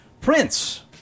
Prince